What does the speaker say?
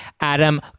adam